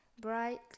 bright